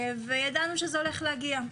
ידענו שזה הולך להגיע.